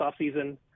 offseason